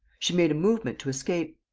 she made a movement to escape.